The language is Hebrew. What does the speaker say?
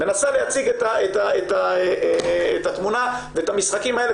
מנסה להציג את התמונה ואת המשחקים האלה.